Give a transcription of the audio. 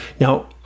Now